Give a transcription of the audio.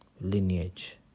lineage